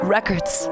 Records